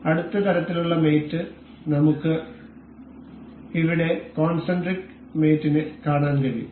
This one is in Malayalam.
അടുത്ത തരത്തിലുള്ള മേറ്റ് നമുക്ക് ഇവിടെ കോൺസെൻട്രിക് മേറ്റ് നെ കാണാൻ കഴിയും